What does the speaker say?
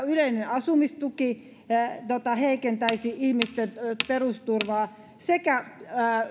yleinen asumistuki jäädytettäisiin mikä heikentäisi ihmisten perusturvaa